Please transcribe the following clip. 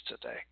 today